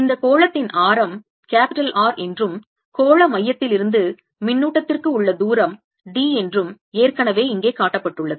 இந்த கோளத்தின் ஆரம் R என்றும் கோள மையத்திலிருந்து மின்னூட்டத்திற்கு உள்ள தூரம் d என்றும் ஏற்கனவே இங்கே காட்டப்பட்டுள்ளது